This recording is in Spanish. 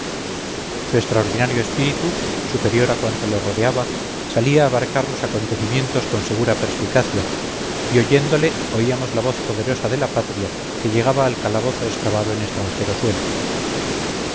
su extraordinario espíritu superior a cuanto le rodeaba sabía abarcar los acontecimientos con segura perspicacia y oyéndole oíamos la voz poderosa de la patria que llegaba al calabozo excavado en extranjero suelo